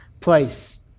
place